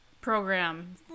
program